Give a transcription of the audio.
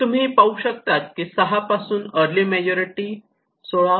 तुम्ही पाहून शकतात की 6 पासून अर्ली मेजॉरिटी 16